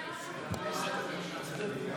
אני חוזר ואומר,